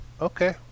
okay